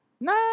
No